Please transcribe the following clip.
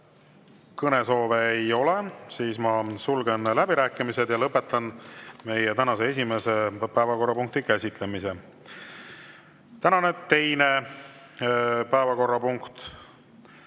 Kõnesoove ei ole. Siis ma sulgen läbirääkimised ja lõpetan meie tänase esimese päevakorrapunkti käsitlemise. Tänane teine päevakorrapunkt